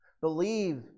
Believe